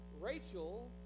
Rachel